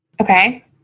Okay